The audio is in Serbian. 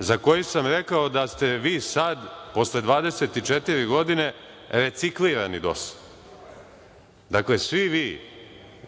za koji sam rekao da ste vi sad posle 24 godine reciklirani DOS. Svi vi,